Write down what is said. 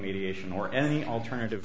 mediation or any alternative